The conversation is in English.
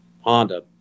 Honda